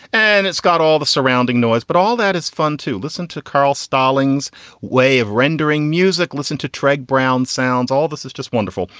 and it's got all the surrounding noise. but all that is fun to listen to carl stallings way of rendering music. listen to tregg brown sounds. all this is just wonderful.